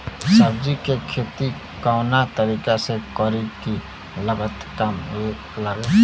सब्जी के खेती कवना तरीका से करी की लागत काम लगे?